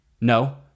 no